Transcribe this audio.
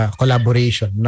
collaboration